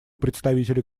представителя